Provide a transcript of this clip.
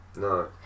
No